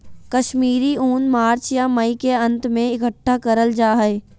कश्मीरी ऊन मार्च या मई के अंत में इकट्ठा करल जा हय